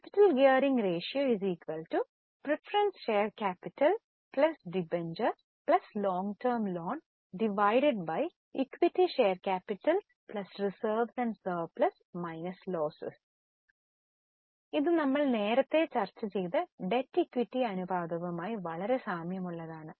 capital gearing ratio preference share capital debenture long term loan equity share capital reserves and surplus loss ഇത് ഞങ്ങൾ നേരത്തെ ചർച്ച ചെയ്ത debt equity അനുപാതവുമായി വളരെ സാമ്യമുള്ളതാണ്